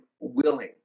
willing